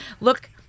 look